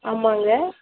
ஆமாங்க